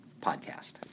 Podcast